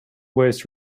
waste